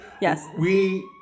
Yes